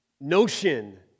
notion